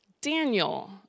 Daniel